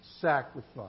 sacrifice